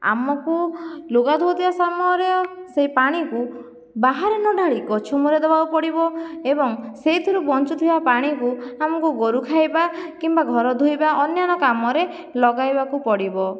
ଆମକୁ ଲୁଗା ଧୋଉଥିବା ସମୟର ସେ ପାଣିକୁ ବାହାରେ ନ ଢାଳି ଗଛ ମୂଳରେ ଦେବାକୁ ପଡ଼ିବ ଏବଂ ସେହିଥିରୁ ବଞ୍ଚୁଥିବା ପାଣିକୁ ଆମକୁ ଗୋରୁ ଖାଇବା କିମ୍ବା ଘର ଧୋଇବା ଅନ୍ୟାନ୍ୟ କାମରେ ଲଗାଇବାକୁ ପଡ଼ିବ